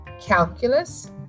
calculus